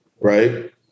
Right